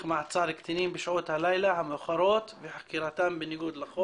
מעצר קטינים בשעות הלילה המאוחרות וחקירתם בניגוד לחוק.